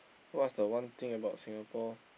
what's the one thing about Singapore